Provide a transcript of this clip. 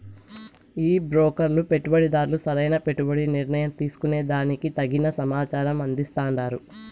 ఈ బ్రోకర్లు పెట్టుబడిదార్లు సరైన పెట్టుబడి నిర్ణయం తీసుకునే దానికి తగిన సమాచారం అందిస్తాండారు